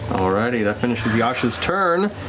all righty. that finishes yasha's turn.